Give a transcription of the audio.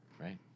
right